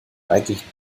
eigentlichen